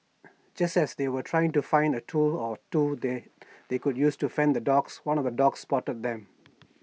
just as they were trying to find A tool or two that they could use to fend off the dogs one of the dogs spotted them